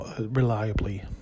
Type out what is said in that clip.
reliably